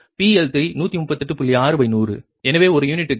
6100 எனவே ஒரு யூனிட் டுக்கு 1